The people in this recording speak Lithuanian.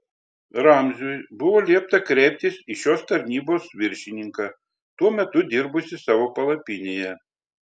ramziui buvo liepta kreiptis į šios tarnybos viršininką tuo metu dirbusį savo palapinėje